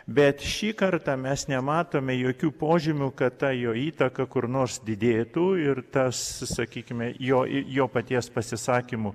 bet šį kartą mes nematome jokių požymių kad ta jo įtaka kur nors didėtų ir tas sakykime jo jo paties pasisakymų